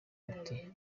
buti